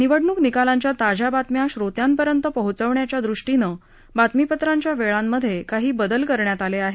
निवडणूक निकालांच्या ताज्या बातम्या श्रोत्यांपर्यंत पोहोचवण्याच्या दृष्टीनं बातमीपत्रांच्या वेळांमधे काही बदल करण्यात आले आहेत